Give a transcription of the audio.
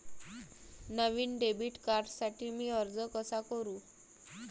नवीन debit कार्डसाठी मी अर्ज कसा करू?